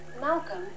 Malcolm